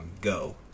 Go